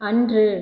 அன்று